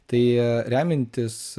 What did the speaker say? tai remiantis